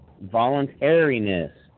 voluntariness